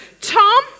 Tom